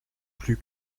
plus